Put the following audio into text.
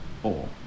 four